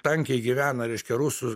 tankiai gyvena reiškia rusų